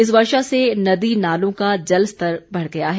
इस वर्षा से नदी नालों का जलस्तर बढ़ गया है